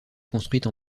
construite